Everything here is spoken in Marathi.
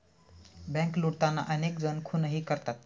बँक लुटताना अनेक जण खूनही करतात